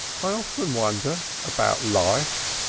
i often wonder about life,